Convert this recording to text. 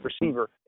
receiver